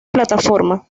plataforma